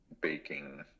baking